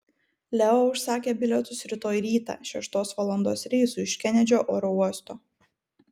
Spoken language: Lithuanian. leo užsakė bilietus rytoj rytą šeštos valandos reisu iš kenedžio oro uosto